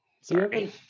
Sorry